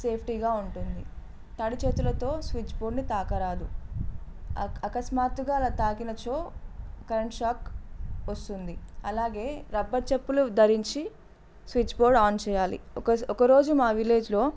సేఫ్టీగా ఉంటుంది తడిచేతులతో స్విచ్ బోర్డుని తాకరాదు అక అకస్మాత్తుగా అలా తాకినచో కరెంట్ షాక్ వస్తుంది అలాగే రబ్బర్ చెప్పులు ధరించి స్విచ్ బోర్డ్ ఆన్ చేయాలి ఒక ఒకరోజు మా విలేజ్లో